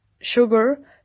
sugar